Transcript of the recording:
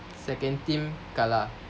second team kalah